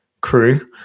crew